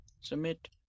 Submit